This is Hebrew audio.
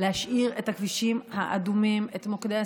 להשאיר את הכבישים האדומים, את מוקדי הסיכון,